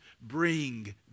bring